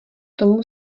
tomu